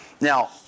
Now